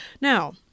Now